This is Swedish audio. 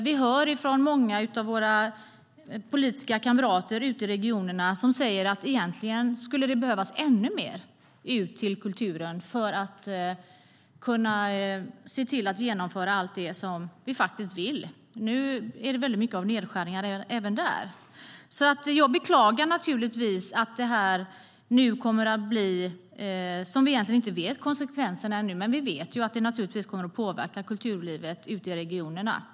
Det är många av våra politiska kamrater ute i regionerna som säger: Egentligen skulle det behövas ännu mer till kulturen för att vi ska kunna se till att genomföra allt det som vi faktiskt vill. Nu är det väldigt mycket av nedskärningar även där. Jag beklagar naturligtvis det. Vi vet egentligen inte konsekvenserna ännu, men vi vet naturligtvis att det kommer att påverka kulturlivet ute i regionerna.